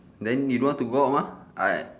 then you don't want to go out mah I